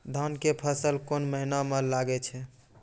धान के फसल कोन महिना म लागे छै?